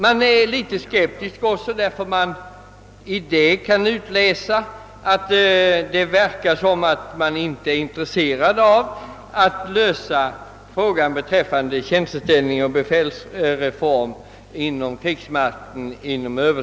Jag är litet skeptisk eftersom det verkar som om man inte skulle vara intresserad av att inom överskådlig framtid lösa frågan beträffande tjänsteställning och befälsreform inom krigsmakten.